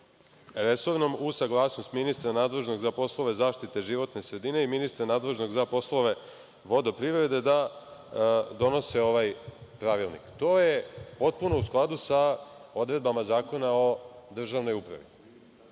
resornom uz saglasnost ministra nadležnog za poslove zaštite životne sredine i ministra nadležnog za poslove vodoprivrede“ da donose ovaj pravilnik. To je potpuno u skladu sa odredbama Zakona o državnoj upravi. Uporno